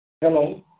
Hello